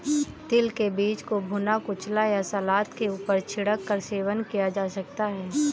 तिल के बीज को भुना, कुचला या सलाद के ऊपर छिड़क कर सेवन किया जा सकता है